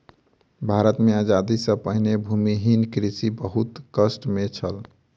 भारत मे आजादी सॅ पहिने भूमिहीन कृषक बहुत कष्ट मे छल